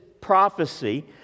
prophecy